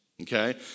okay